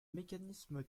mécanisme